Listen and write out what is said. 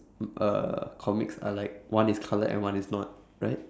uh comics are like one is coloured and one is not right